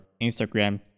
Instagram